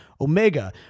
Omega